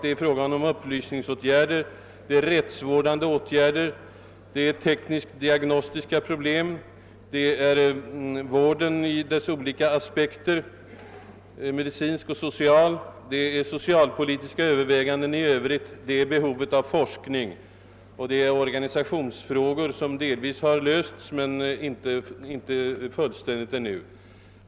Det är vidare fråga om upplysningsåtgärder, rättsvårdande åtgärder, tekniskt-diagnostiska problem, vårdens uppläggning ur medicinska och sociala aspekter, socialpolitiska överväganden i övrigt, behovet av forskning och slutligen organisationsfrågor, som visserligen kan sägas ha delvis lösts men faktiskt dock ännu alltför ofullständigt.